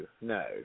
no